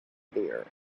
beer